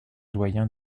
doyen